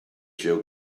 joe